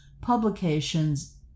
publications